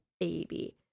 baby